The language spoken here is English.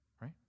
right